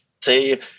say